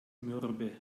mürbe